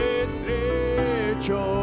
estrecho